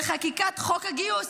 לחקיקת חוק הגיוס.